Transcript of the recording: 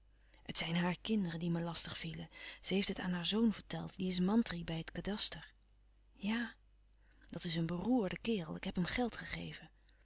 het zijn haar kinderen die me lastig vielen ze heeft het aan haar zoon verteld die is mantri bij het kadaster ja dat is een beroerde kerel ik heb hem geld gegeven